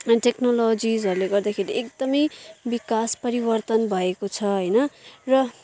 टेक्नोलोजिसहरूले गर्दाखेरि एकदमै विकास परिवर्तन भएको छ होइन र